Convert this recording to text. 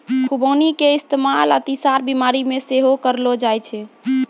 खुबानी के इस्तेमाल अतिसार बिमारी मे सेहो करलो जाय छै